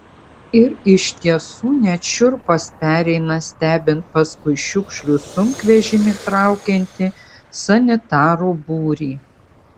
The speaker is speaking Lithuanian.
ir iš tiesų net šiurpas pereina stebint paskui šiukšlių sunkvežimį traukiantį sanitarų būrį